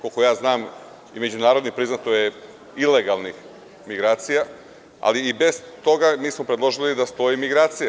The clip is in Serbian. Koliko ja znam, međunarodno priznato je – ilegalnih migracija, ali i bez toga mi smo predložili da stoji migracija.